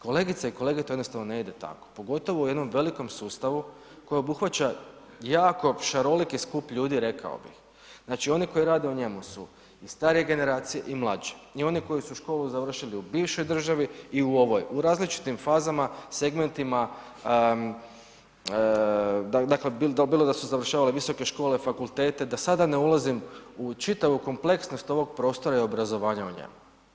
Kolegice i kolege, to jednostavno ne ide tako, pogotovo u jednom velikom sustavu koji obuhvaća jako šaroliki stup ljudi, rekao bih. znači oni koji rade u njemu su, i starije generacije i mlađe, i oni koji su školu završili u bivšoj državi i u ovoj, u različitim fazama, segmentima, dakle, bilo da su završavali visoke škole, fakultete, da sada ne ulazim u čitavu kompleksnost ovog prostora i obrazovanja u njemu.